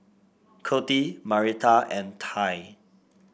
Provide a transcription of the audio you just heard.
Coty Marita and Tai